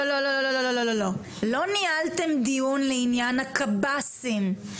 לא ניהלתם דיון לעניין הקב"סים.